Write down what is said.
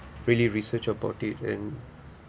really research about it and